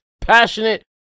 passionate